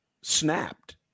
snapped